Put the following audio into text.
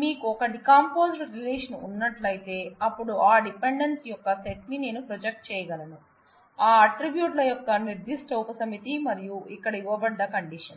మీకు ఒక decomposed relation ఉన్నట్లయితే అప్పుడు ఆ డిపెండెన్స్ యొక్క సెట్ ని నేను ప్రొజెక్ట్ చేయగలను ఆ ఆట్రిబ్యూట్ ల యొక్క నిర్ధిష్ట ఉపసమితి మరియు ఇక్కడ ఇవ్వబడ్డ కండిషన్